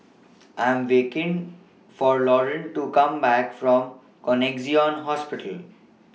I Am waiting For Lauryn to Come Back from Connexion Hospital